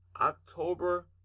October